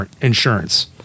insurance